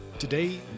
Today